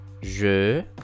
Je